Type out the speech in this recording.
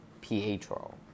Pietro